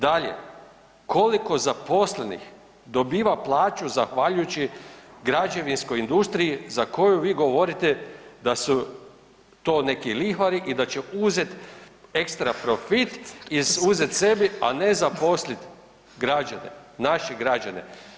Dalje, koliko zaposlenih dobiva plaću zahvaljujući građevinskoj industriji za koju vi govorite da su to neki lihvari i da će uzet ekstra profit sebi a ne zaposlit građane, naše građane?